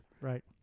Right